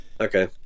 okay